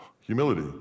humility